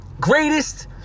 Greatest